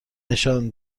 نشان